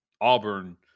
Auburn